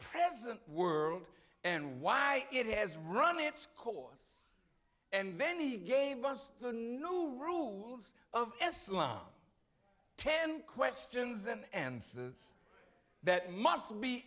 present world and why it has run its course and many gave us the no rules of islam ten questions and answers that must be